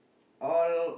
all